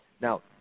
Now